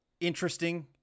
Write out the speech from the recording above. interesting